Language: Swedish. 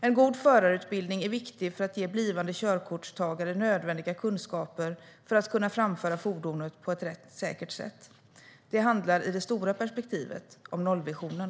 En god förarutbildning är viktig för att ge blivande körkortstagare nödvändiga kunskaper för att kunna framföra fordon på ett säkert sätt. Det handlar i det stora perspektivet om nollvisionen.